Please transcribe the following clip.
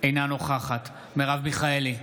אינה נוכחת מרב מיכאלי,